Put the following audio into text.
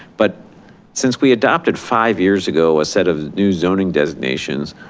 but since we adapted five years ago, a set of new zoning designations,